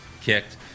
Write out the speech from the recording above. kicked